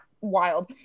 wild